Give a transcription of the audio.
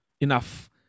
enough